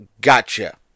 gotcha